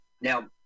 Now